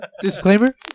Disclaimer